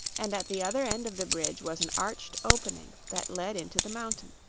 and at the other end of the bridge was an arched opening that led into the mountain.